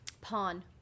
pawn